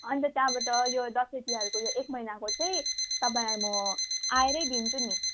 अन्त त्यहाँबाट यो दसैँ तिहारको यो एक महिनाको चाहिँ तपाईँलाई म आएरै दिन्छु नि